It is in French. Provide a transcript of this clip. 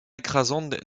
écrasante